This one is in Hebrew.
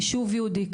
יישוב יהודי,